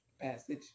passage